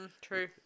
True